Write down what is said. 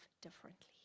differently